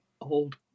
Old